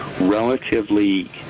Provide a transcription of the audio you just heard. relatively